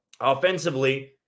Offensively